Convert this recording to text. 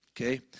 Okay